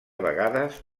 vegades